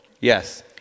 Yes